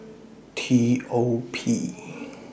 T O P